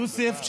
יוסף,